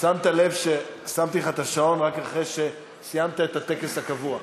שמת לב ששמתי לך את השעון רק אחרי שסיימת את הטקס הקבוע?